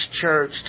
church